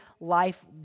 life